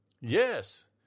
Yes